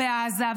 בעזה,